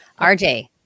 RJ